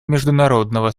международного